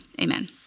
amen